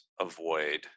avoid